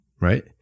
right